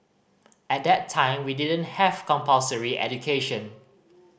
at that time we didn't have compulsory education